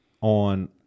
on